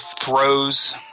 throws